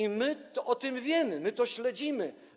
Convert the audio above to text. I my o tym wiemy, my to śledzimy.